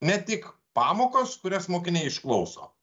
ne tik pamokos kurias mokiniai išklauso